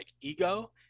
ego